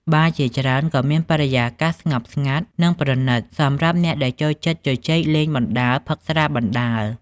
បារជាច្រើនក៏មានបរិយាកាសស្ងប់ស្ងាត់ និងប្រណិតសម្រាប់អ្នកដែលចូលចិត្តជជែកលេងបណ្ដើរ ផឹកស្រាបណ្ដើរ ។